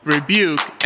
Rebuke